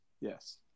Yes